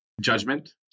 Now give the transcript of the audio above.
judgment